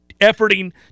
efforting